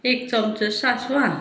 एक चमचो सासवां